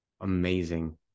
Amazing